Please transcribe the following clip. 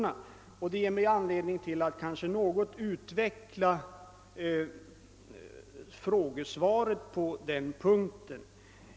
Fru Kristenssons inlägg ger mig därför anledning att något utveckla frågesvaret.